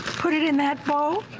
put it in that bowl,